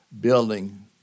Building